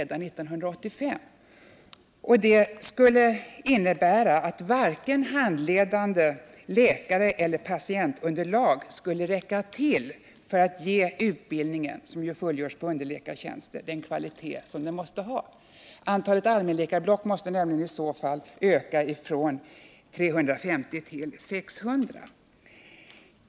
Det skulle innebära att varken handledande läkare eller patientunderlag skulle räcka till för att ge utbildningen, som fullgörs på underläkartjänster, den kvalitet som den måste ha. Antalet allmänläkarblock måste nämligen i så fall öka från 350 till 600.